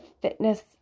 fitness